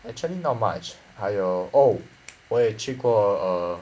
actually not much 还有 oh 我也去过哦